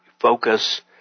focus